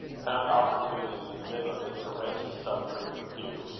found opportunity, in the middle of it, to wrench himself free from hugh,